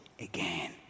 again